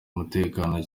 umutekano